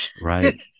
Right